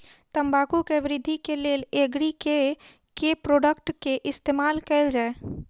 तम्बाकू केँ वृद्धि केँ लेल एग्री केँ के प्रोडक्ट केँ इस्तेमाल कैल जाय?